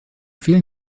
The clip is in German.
vielen